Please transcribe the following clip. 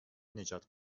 نجات